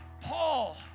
Paul